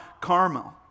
Carmel